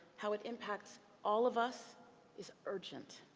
how it impacts all of us is urgent.